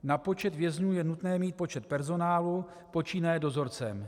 Na počet vězňů je nutné mít počet personálu, počínaje dozorcem.